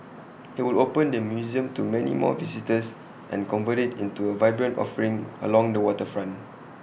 IT would open the museum to many more visitors and convert IT into A vibrant offering along the waterfront